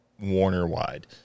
Warner-wide